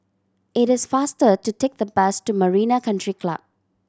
it is faster to take the bus to Marina Country Club